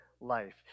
life